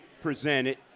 presented